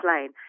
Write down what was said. Lane